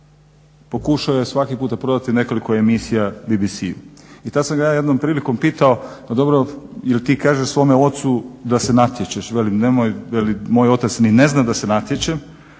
pokušao je svaki puta prodati nekoliko emisija BBC-u. I tad sam ga ja jednom prilikom pitao pa dobro jel ti kažeš svome ocu da se natječeš, veli nemoj, moj otac ni ne zna da se natječem